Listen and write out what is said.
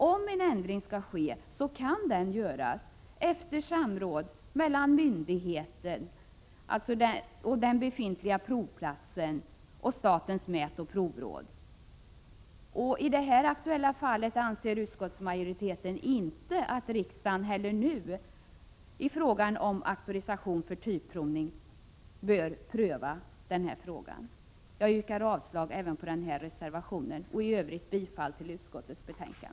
Om en ändring skall ske, kan den göras efter samråd mellan myndigheten, den befintliga provplatsen och statens mätoch provråd. I det nu aktuella fallet anser utskottsmajoriteten att riksdagen inte nu bör pröva frågan om auktorisation för typprovning. Jag yrkar avslag även på reservation 5 och bifall till utskottets hemställan.